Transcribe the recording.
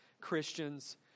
Christians